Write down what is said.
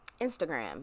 Instagram